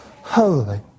holy